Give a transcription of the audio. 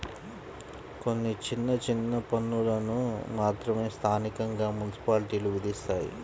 కొన్ని చిన్న చిన్న పన్నులను మాత్రమే స్థానికంగా మున్సిపాలిటీలు విధిస్తాయి